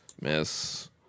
miss